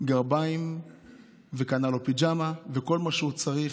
גרביים וקנה לו פיג'מה וכל מה שהוא צריך.